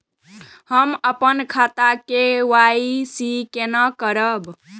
हम अपन खाता के के.वाई.सी केना करब?